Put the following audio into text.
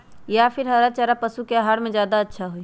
या फिर हरा चारा पशु के आहार में ज्यादा अच्छा होई?